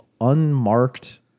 unmarked